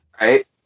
Right